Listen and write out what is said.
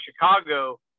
Chicago